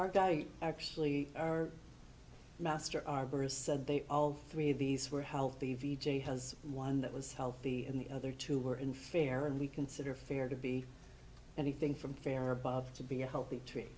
our guy actually our master arborist said they all three of these were healthy veejay has one that was healthy and the other two were in fair and we consider fair to be anything from fair above to be a healthy tree